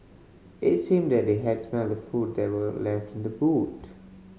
it seemed that they had smelt the food that were left in the boot